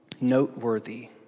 noteworthy